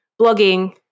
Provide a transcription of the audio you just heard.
blogging